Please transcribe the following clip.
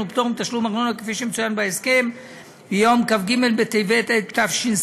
ופטור מתשלום ארנונה כפי שמצוין בהסכם ביום כ"ג בטבת התש"ס,